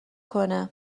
کنه